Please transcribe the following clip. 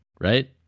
right